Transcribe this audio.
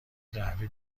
قهوه